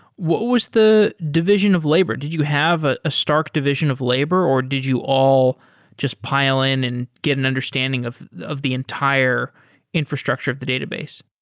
what was the division of labor? did you have a ah stark division of labor or did you all just pile in and get an understanding of of the entire infrastructure of the database?